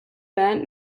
band